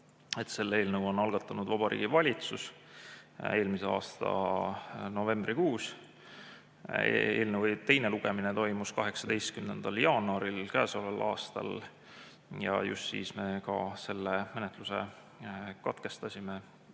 selle eelnõu on algatanud Vabariigi Valitsus eelmise aasta novembrikuus. Eelnõu teine lugemine toimus 18. jaanuaril käesoleval aastal ja just siis me ka selle menetluse katkestasime